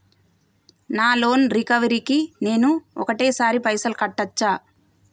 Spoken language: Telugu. నా లోన్ రికవరీ కి నేను ఒకటేసరి పైసల్ కట్టొచ్చా?